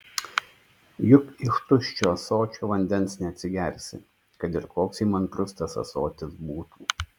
juk iš tuščio ąsočio vandens neatsigersi kad ir koks įmantrus tas ąsotis būtų